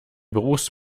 berufs